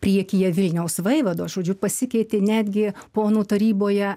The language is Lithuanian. priekyje vilniaus vaivados žodžiu pasikeitė netgi ponų taryboje